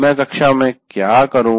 मैं कक्षा में क्या करूं